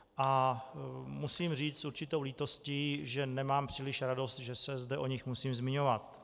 A musím říct s určitou lítostí, že nemám příliš radost, že se zde o nich musím zmiňovat.